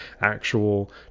actual